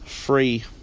free